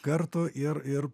kartų ir ir